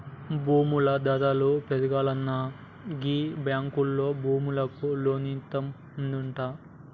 భూముల ధరలు పెరుగాల్ననా గీ బాంకులోల్లు భూములకు లోన్లిత్తమంటుండ్రు